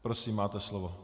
Prosím, máte slovo.